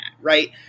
Right